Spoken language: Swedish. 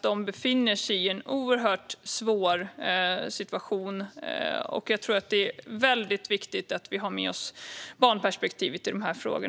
De befinner sig i ett oerhört svårt läge, och det är därför viktigt att vi har med oss barnperspektivet i dessa frågor.